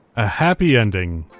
a happy ending!